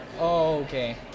Okay